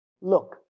look